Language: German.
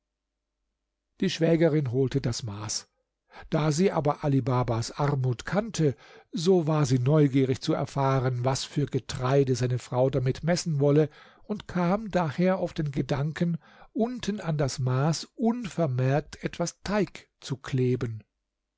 die schwägerin holte das maß da sie aber ali babas armut kannte so war sie neugierig zu erfahren was für getreide seine frau damit messen wolle und kam daher auf den gedanken unten an das maß unvermerkt etwas teig zu kleben